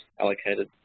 allocated